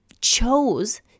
chose